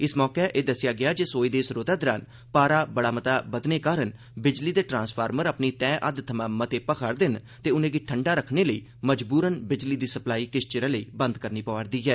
इस मौके एह दस्सेआ गेआ जे सोए दी इस रूतै दौरान पारा बधने कारण बिजली दे ट्रांसफार्मर अपनी तैय हद्द थमां मते भखा'रदे न ते उनें'गी ठंडा करने लेई मजबूरन बिजली दी सप्लाई किश चिरै लेई बंद करनी पौंदी ऐ